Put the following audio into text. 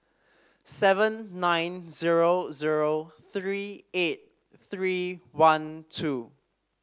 seven nine zero zero three eight three one two